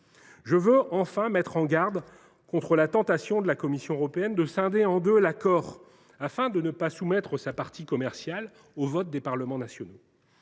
Je veux enfin mettre en garde contre la tentation à laquelle la Commission européenne pourrait céder : scinder en deux l’accord afin de ne pas soumettre sa partie commerciale au vote des parlements nationaux.